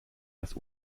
das